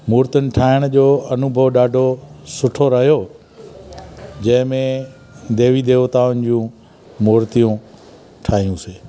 मूर्तीनि ठाहिण जो अनुभव ॾाढो सुठो रहियो जंहिंमें देवी देवताउनि जूं मूंर्तियूं ठाहियूसीं